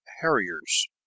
harriers